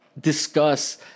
discuss